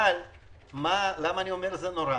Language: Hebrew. אבל למה אני אומר שזה נורא?